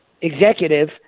executive